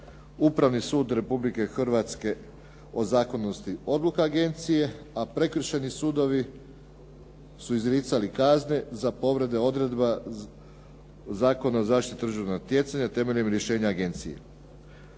Upravni sud Republike Hrvatske o zakonitosti odluka agencije a prekršajni sudovi su izricali kazne za povrede odredaba Zakona o zaštiti tržišnog natjecanja temeljem rješenja agencije.